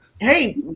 hey